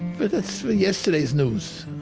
but that's for yesterday's news